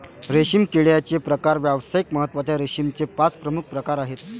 रेशीम किड्याचे प्रकार व्यावसायिक महत्त्वाच्या रेशीमचे पाच प्रमुख प्रकार आहेत